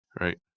right